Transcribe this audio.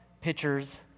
pitchers